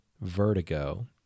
Vertigo